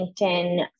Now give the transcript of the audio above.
LinkedIn